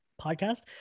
podcast